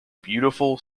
beautiful